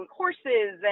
horses